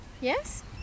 Yes